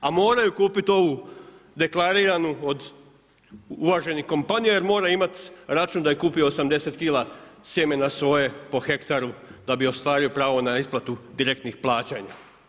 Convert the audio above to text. A moraju kupiti ovu deklariranu od uvaženih kompanija jer mora imat račun da je kupio 80 kg sjemena soje po hektaru da bi ostvario pravo na isplatu direktnih plaćanja.